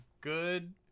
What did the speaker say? good